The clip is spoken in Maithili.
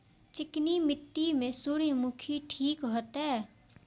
चिकनी मिट्टी में सूर्यमुखी ठीक होते?